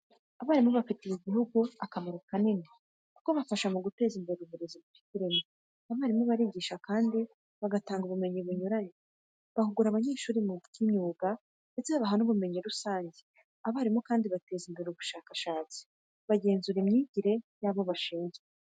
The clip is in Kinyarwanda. Abarimu bafitiye igihugu akamaro kanini kuko bafasha mu guteza imbere uburezi bufite ireme. Abarimu barigisha kandi bagatanga ubumenyi bunyuranye, bahugura abanyeshuri mu buryo bw’imyuga ndetse babaha n’ubumenyi rusange. Abarimu kandi bateza imbere ubushakashatsi, bagenzura imyigire y'abo bashinzwe.